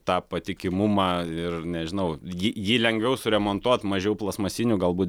tą patikimumą ir nežinau jį jį lengviau suremontuot mažiau plastmasinių galbūt